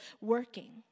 working